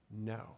No